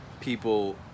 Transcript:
people